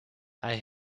hij